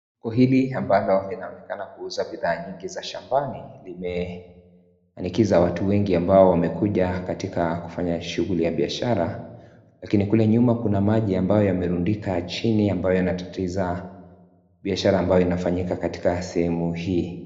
Duka hili ambalo linaonekana kuuza bidhaa nyingi za shambani limehinikiza watu wengi ambao wamekuja katika kufanya shughuli ya biashara. Lakini kule nyuma kuna maji ambayo yamerundika chini ambayo yanatatiza biashara ambayo inafanyika katika sehemu hii.